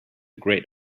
great